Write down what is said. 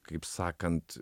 kaip sakant